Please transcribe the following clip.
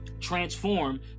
transform